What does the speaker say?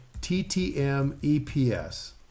T-T-M-E-P-S